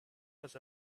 has